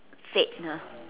fad !huh!